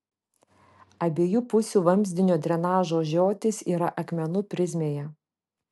abiejų pusių vamzdinio drenažo žiotys yra akmenų prizmėje